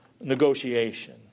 negotiation